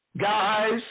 guys